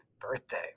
birthday